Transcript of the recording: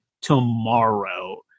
tomorrow